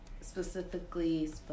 specifically